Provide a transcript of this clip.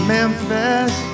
Memphis